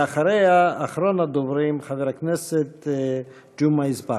ואחריה, אחרון הדוברים, חבר הכנסת ג'מעה אזברגה.